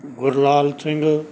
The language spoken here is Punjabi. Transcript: ਗੁਰਲਾਲ ਸਿੰਘ